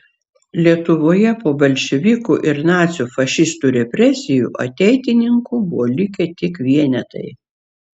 lietuvoje po bolševikų ir nacių fašistų represijų ateitininkų buvo likę tik vienetai